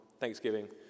Thanksgiving